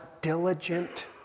diligent